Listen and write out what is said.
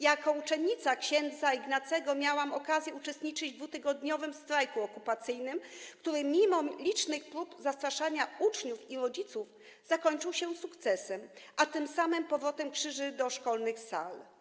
Jako uczennica ks. Ignacego miałam okazję uczestniczyć w 2-tygodniowym strajku okupacyjnym, który mimo licznych prób zastraszania uczniów i rodziców zakończył się sukcesem, a tym samym powrotem krzyży do szkolnych sal.